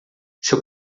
seu